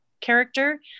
character